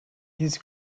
his